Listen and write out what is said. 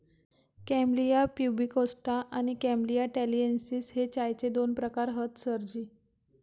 camellia pubicosta आणि camellia taliensis हे चायचे दोन प्रकार हत सरजी